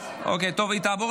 נתקבלה.